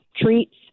treats